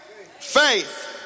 faith